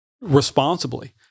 responsibly